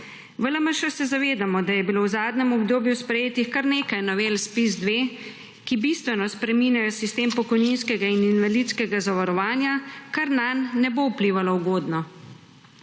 V LMŠ se zavedamo, da je bilo v zadnjem obdobju sprejetih kar nekaj novel ZPIZ-2, ki bistveno spreminjajo sistem pokojninskega in invalidskega zavarovanja, kar nanj ne bo vplivalo ugodno.